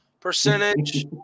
percentage